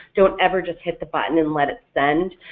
don't ever just hit the button and let it send,